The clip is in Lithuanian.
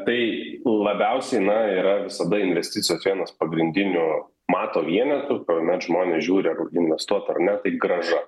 tai labiausia na yra visada investicijos vienas pagrindinių mato vienetų kuomet žmonės žiūri ar investuot ar ne tai grąža